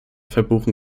verbuchen